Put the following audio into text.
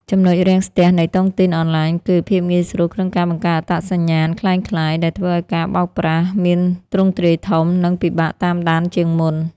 ចំណុចរាំងស្ទះនៃតុងទីនអនឡាញគឺ "ភាពងាយស្រួលក្នុងការបង្កើតអត្តសញ្ញាណក្លែងក្លាយ" ដែលធ្វើឱ្យការបោកប្រាស់មានទ្រង់ទ្រាយធំ និងពិបាកតាមដានជាងមុន។